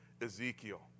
Ezekiel